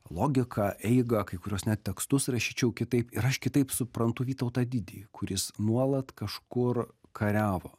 logiką eigą kai kuriuos net tekstus rašyčiau kitaip ir aš kitaip suprantu vytautą didįjį kuris nuolat kažkur kariavo